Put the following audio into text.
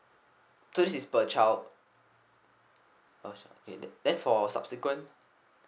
so this is per child okay get it then for subsequent